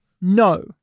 no